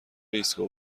ایستگاه